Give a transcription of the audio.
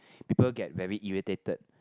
people get very irritated